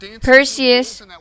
Perseus